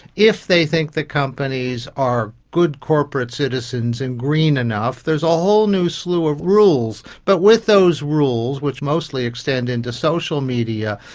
if they think the companies are good corporate citizens and green enough. there's a whole new slew of rules. but with those rules, which mostly extend into social media,